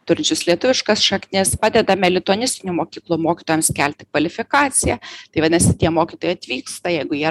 turinčius lietuviškas šaknis padedame lituanistinių mokyklų mokytojams kelti kvalifikaciją tai vadinasi tie mokytojai atvyksta jeigu jie